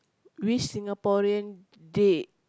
which Singaporean dead